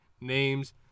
names